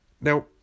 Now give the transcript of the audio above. Now